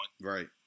Right